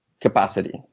capacity